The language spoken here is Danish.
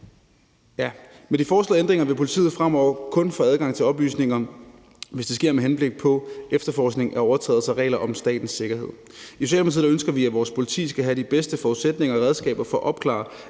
Med de foreslåede ændringer vil politiet fremover kun få adgang til oplysninger, hvis det sker med henblik på efterforskning af overtrædelse af regler om statens sikkerhed. I Socialdemokratiet ønsker vi, at vores politi skal have de bedste forudsætninger for og redskaber til at opklare